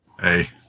hey